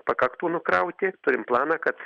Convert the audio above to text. pakaktų nukrauti turim planą kad